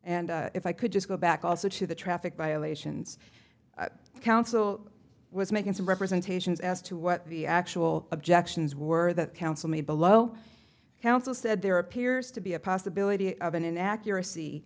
and if i could just go back also to the traffic violations council was making some representations as to what the actual objections were the council me below council said there appears to be a possibility of an inaccuracy